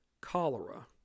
cholera